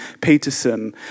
Peterson